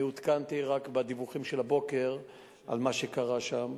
אני עודכנתי רק בדיווחים של הבוקר על מה שקרה שם.